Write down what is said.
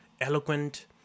eloquent